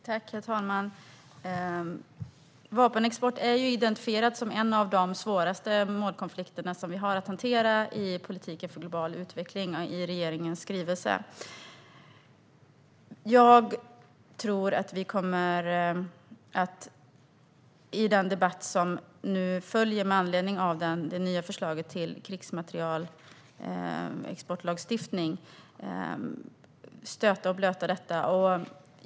Herr talman! Vapenexport är i regeringens skrivelse identifierad som en av de svåraste målkonflikter som vi har att hantera i politiken för global utveckling. Jag tror att vi kommer att stöta och blöta detta i den debatt som nu följer med anledning av det nya förslaget till krigsmaterielexportlagstiftning.